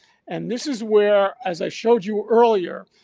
and this is where, as i showed you earlier,